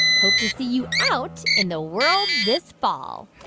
hope to see you out in the world this fall